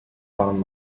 found